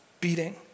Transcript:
beating